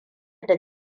da